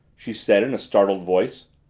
she said in a startled voice.